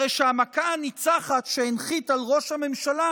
הרי שהמכה הניצחת שהנחית על ראש הממשלה,